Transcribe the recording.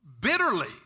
Bitterly